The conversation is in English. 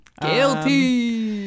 guilty